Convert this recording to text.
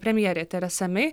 premjerė teresa mei